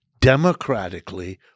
democratically